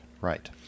Right